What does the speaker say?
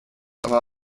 aber